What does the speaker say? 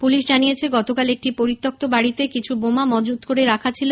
police জানিয়েছে গতকাল একটি পরিত্যক্ত বাড়িতে কিছু বোমা মজুত করে রাখা ছিল